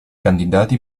candidati